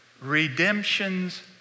redemption's